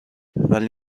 ولی